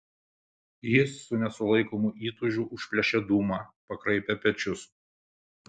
jis su nesulaikomu įtūžiu užplėšė dūmą pakraipė pečius